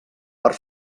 per